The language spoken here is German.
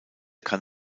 kann